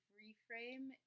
reframe